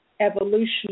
evolution